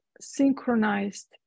synchronized